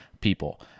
people